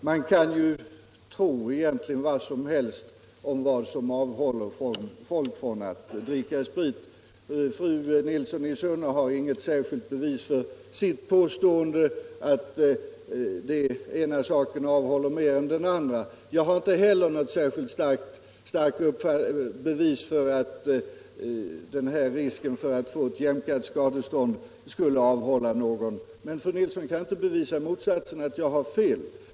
Herr talman! Man kan ju tro vad som helst om vilka faktorer som avhåller folk från att dricka sprit. Fru Nilsson i Sunne har inget särskilt bevis för sitt påstående att den ena saken avhåller mer än den andra. Jag har inte heller något särskilt starkt bevis för att risken för att få ett jämkat skadestånd skulle avhålla någon från rattfylleri. Men fru Nilsson kan inte bevisa motsatsen — att jag har fel.